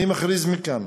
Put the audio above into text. אני מכריז מכאן